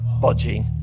budging